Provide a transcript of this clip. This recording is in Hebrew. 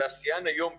תעשיין היום,